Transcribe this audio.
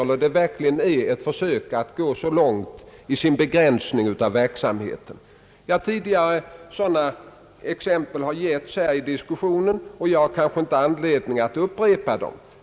Är det verkligen ett försök att gå så långt i begränsningen av domänverkets verksamhet? Sådana exempel har getts tidigare här i diskussionen, och jag har kanske inte anledning att upprepa dem.